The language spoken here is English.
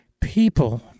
people